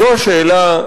זו השאלה,